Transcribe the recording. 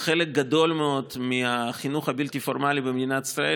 חלק גדול מאוד מהחינוך הבלתי-פורמלי במדינת ישראל